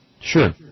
Sure